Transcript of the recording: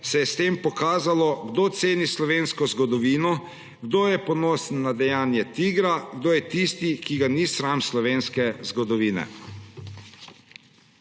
se je s tem pokazalo, kdo ceni slovensko zgodovino, kdo je ponosen na dejanje TIGR-a, kdo je tisti, ki ga ni sram slovenske zgodovine.